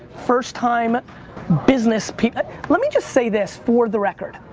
first-time business people, let me just say this for the record.